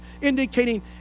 Indicating